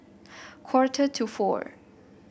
quarter to four